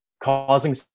causing